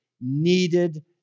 needed